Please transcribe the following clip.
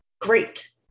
great